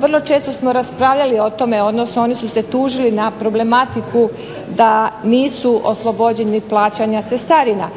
vrlo često smo raspravljali o tome, odnosno oni su se tužili na problematiku da nisu oslobođeni plaćanja cestarina.